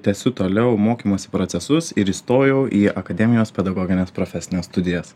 tęsiu toliau mokymosi procesus ir įstojau į akademijos pedagogines profesines studijas